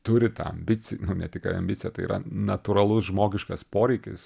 turi tą ambici nu ne tik ambiciją tai yra natūralus žmogiškas poreikis